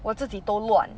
我自己都乱